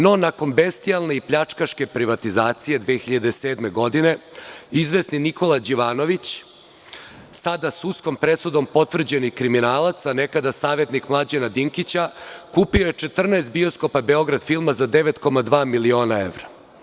No, nakon bestijalne i pljčkaške privatizacije 2007. godine, izvesni Nikola Đivanović, sada sudskom presudom potvrđeni kriminalac a nekada savetnik Mlađana Dinkića, kupio je 14 bioskopa „Beograd filma“ za 9,2 miliona evra.